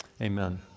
Amen